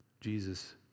Jesus